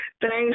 Thanks